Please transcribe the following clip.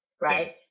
right